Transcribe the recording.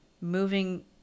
moving